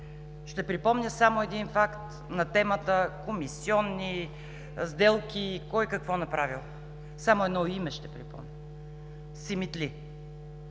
Ще припомня само един факт на темата „Комисионни сделки, кой какво направил“. Само едно име ще припомня: Симитли,